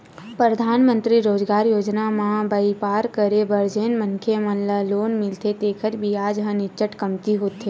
परधानमंतरी रोजगार योजना म बइपार करे बर जेन मनखे मन ल लोन मिलथे तेखर बियाज ह नीचट कमती होथे